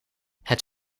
het